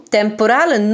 temporale